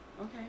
okay